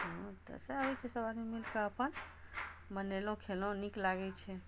हँ तऽ सएह होइ छै सब आदमी मिल कऽ अपन बनेलहुॅं खेलहुॅं नीक लागै छै